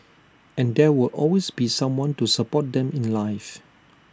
and there will always be someone to support them in life